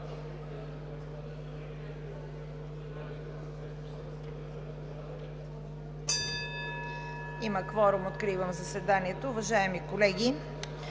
Има кворум – откривам заседанието. Уважаеми колеги,